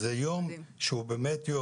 אני אומר את זה לך, גברתי יושבת-הראש, באמת שוב